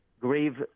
grave